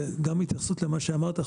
וגם התייחסות למה שאמרת,